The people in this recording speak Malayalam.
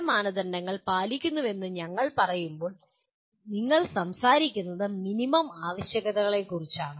ചില മാനദണ്ഡങ്ങൾ പാലിക്കുന്നുവെന്ന് ഞങ്ങൾ പറയുമ്പോൾ നിങ്ങൾ സംസാരിക്കുന്നത് മിനിമം ആവശ്യകതകളെക്കുറിച്ചാണ്